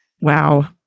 Wow